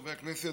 חברי הכנסת,